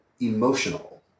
emotional